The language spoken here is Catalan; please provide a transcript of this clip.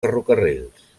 ferrocarrils